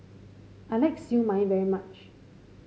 I like Siew Mai very much